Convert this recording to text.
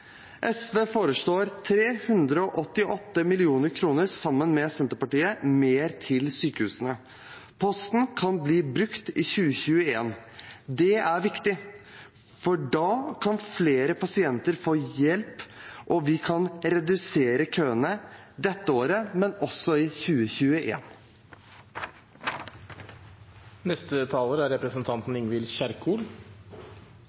SV foreslår, sammen med Senterpartiet, 388 mill. kr mer til sykehusene. Posten kan bli brukt i 2021. Det er viktig, for da kan flere pasienter få hjelp, og vi kan redusere køene dette året, men også i